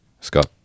Scott